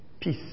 peace